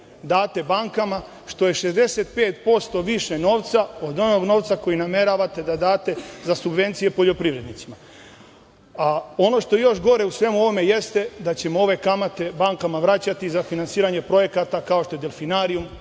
date bankama, što je 65% više novca od onog novca koji nameravate da date za subvencije poljoprivrednicima. Ono što je još gore u svemu ovome jeste da ćemo ove kamate bankama vraćati za finansiranje projekata kao što je delfinarijum,